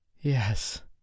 Yes